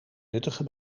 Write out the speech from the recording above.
nuttige